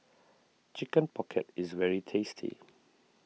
Chicken Pocket is very tasty